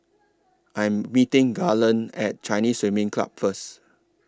I Am meeting Garland At Chinese Swimming Club First